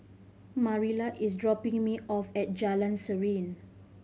Mariela is dropping me off at Jalan Serene